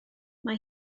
mae